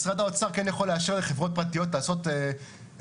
משרד האוצר כן יכול לאשר לחברות פרטיות לעשות הגרלה